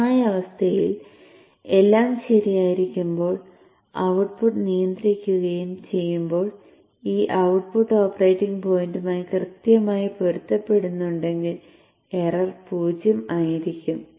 സ്ഥിരമായ അവസ്ഥയിൽ എല്ലാം ശരിയായിരിക്കുമ്പോൾ ഔട്ട്പുട്ട് നിയന്ത്രിക്കുകയും ചെയ്യുമ്പോൾ ഈ ഔട്ട്പുട്ട് ഓപ്പറേറ്റിംഗ് പോയിന്റുമായി കൃത്യമായി പൊരുത്തപ്പെടുന്നുണ്ടെങ്കിൽ എറർ 0 ആയിരിക്കും